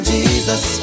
Jesus